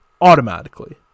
Automatically